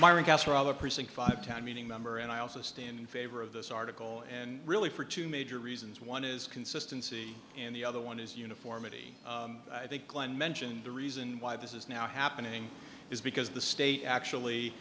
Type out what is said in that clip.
person five town meeting member and i also stand in favor of this article and really for two major reasons one is consistency and the other one is uniformity i think glenn mentioned the reason why this is now happening is because the state actually